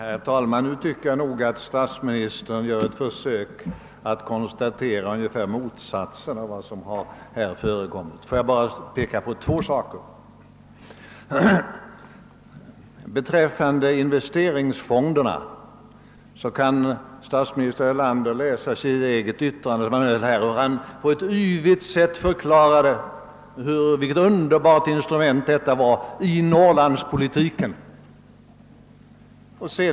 Herr talman! Nu tycker jag allt att statsministern gör ett försök att konstatera ungefär motsatsen till vad som här har förekommit. Får jag bara peka på två saker! Beträffande investeringsfonderna kan statsminister Erlander läsa ett yttrande som han själv hållit här i kammaren, i vilket han på ett yvigt sätt förklarar vilket underbart instrument investeringsfonderna är i Norrlandspolitiken.